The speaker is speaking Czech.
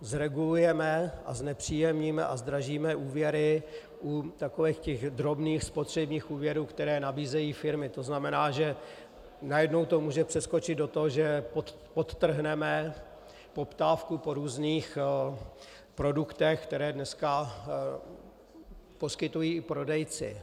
Zregulujeme a znepříjemníme a zdražíme úvěry u takových těch drobných spotřebních úvěrů, které nabízejí firmy, to znamená, že najednou to může přeskočit do toho, že odtrhneme poptávku po různých produktech, které dneska poskytují prodejci.